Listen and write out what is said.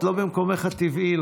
את לא במקומך הטבעי,